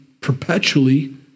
perpetually